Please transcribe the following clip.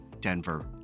Denver